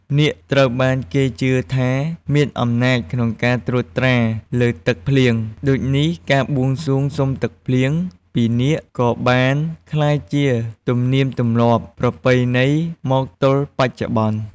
នាគត្រូវបានគេជឿថាមានអំណាចក្នុងការត្រួតត្រាលើទឹកភ្លៀង ដូចនេះការបួងសួងសុំទឹកភ្លៀងពីនាគក៏បានក្លាយជាទំនៀមទម្លាប់ប្រពៃណីមកទល់បច្ចុប្បន្ន។